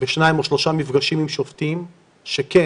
בשניים או שלושה מפגשים עם שופטים שכן,